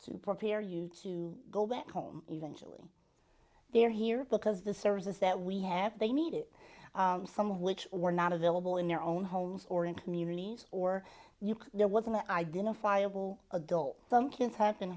to prepare you to go back home eventually they are here because the services that we have they needed some of which were not available in their own homes or in communities or you know was in the identifiable adult some kids have been